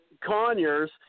Conyers